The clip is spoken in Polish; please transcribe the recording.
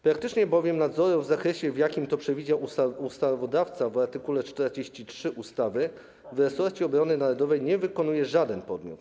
Praktycznie bowiem nadzoru w zakresie, w jakim to przewidział ustawodawca w art. 43 ustawy, w resorcie obrony narodowej nie wykonuje żaden podmiot.